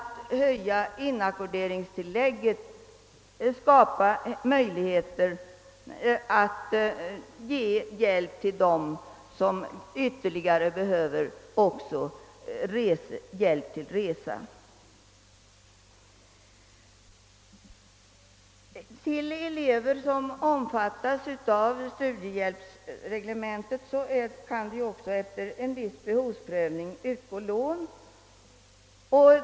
Till elever som omfattas av studiehjälpsreglementet kan också efter en viss behovsprövning utgå lån.